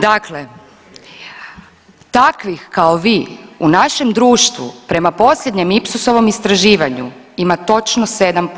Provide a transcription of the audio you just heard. Dakle takvih kao vi u našem društvu prema posljednjem Ipsosovom istraživanju ima točno 7%